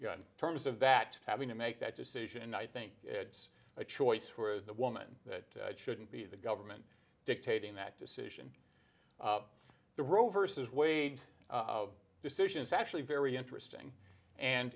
so in terms of that having to make that decision i think it's a choice for the woman that shouldn't be the government dictating that decision the roe versus wade decision is actually very interesting and